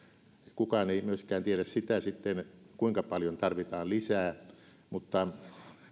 kukaan ei myöskään tiedä sitten sitä kuinka paljon tarvitaan lisää mutta